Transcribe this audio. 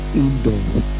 indoors